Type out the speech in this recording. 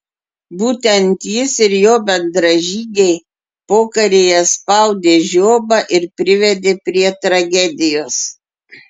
būtent jis ir jo bendražygiai pokaryje spaudė žiobą ir privedė prie tragedijos